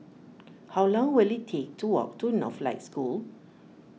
how long will it take to walk to Northlight School